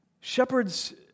Shepherds